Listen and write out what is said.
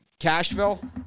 Cashville